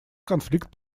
конфликт